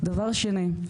דבר שני,